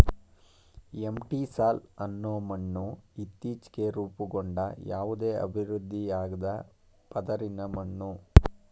entisol ಅನ್ನೋ ಮಣ್ಣು ಇತ್ತೀಚ್ಗೆ ರೂಪುಗೊಂಡ ಯಾವುದೇ ಅಭಿವೃದ್ಧಿಯಾಗ್ದ ಪದರಿನ ಮಣ್ಣು